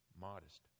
modest